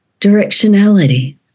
directionality